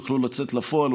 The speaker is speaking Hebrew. יוכל לצאת לפועל.